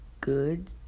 good